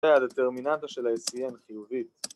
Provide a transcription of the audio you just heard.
‫תודה על הטרמינטה של ה-SEN חיובית.